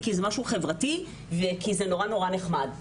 משהו חברתי או נורא נחמד.